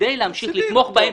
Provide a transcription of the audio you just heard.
כדי להמשיך לתמוך בהם,